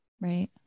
Right